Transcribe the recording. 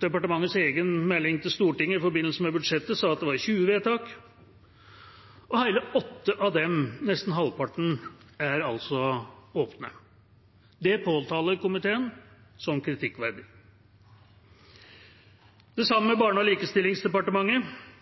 Departementets egen proposisjon til Stortinget i forbindelse med budsjettet sa at det var 20 vedtak, og hele 8 av dem, nesten halvparten, er åpne. Det påtaler komiteen som kritikkverdig. Det samme gjelder Barne- og likestillingsdepartementet,